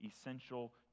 essential